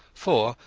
for,